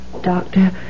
Doctor